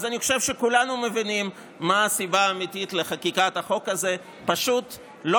אז אני חושב שכולנו מבינים מה הסיבה האמיתית לחקיקת החוק הזה: פשוט לא